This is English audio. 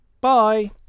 bye